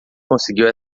conseguiu